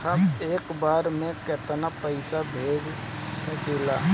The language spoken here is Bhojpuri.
हम एक बार में केतना पैसा भेज सकिला?